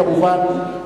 כמובן,